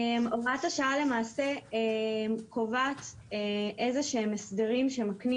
הוראת השעה למעשה קובעת איזה שהם הסדרים שמקנים